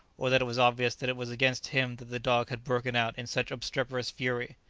or that it was obvious that it was against him that the dog had broken out in such obstreperous fury.